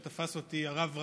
ותפס אותי הרב רביץ,